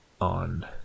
on